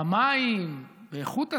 במים, באיכות הסביבה,